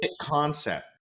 concept